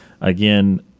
Again